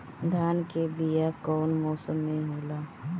धान के बीया कौन मौसम में होला?